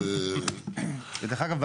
דרך אגב,